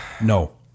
No